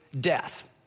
death